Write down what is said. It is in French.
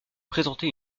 présenter